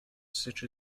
such